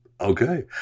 okay